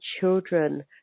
children